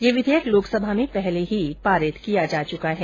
ये विधेयक लोकसभा में पहले ही पारित किया जा चुका है